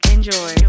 Enjoy